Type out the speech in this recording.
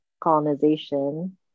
colonization